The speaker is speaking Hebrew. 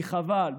כי חבל,